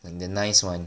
there the nice [one]